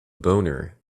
boner